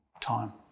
time